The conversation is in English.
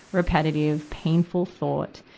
repetitive, painful thought,